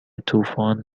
طوفان